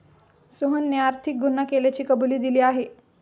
सोहनने आर्थिक गुन्हा केल्याची कबुली दिली आहे